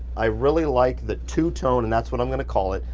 i really like the two-tone, and that's what i'm gonna call it,